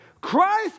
Christ